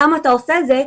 למה אתה עושה את זה?